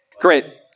Great